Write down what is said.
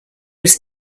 was